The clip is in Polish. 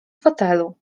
fotelu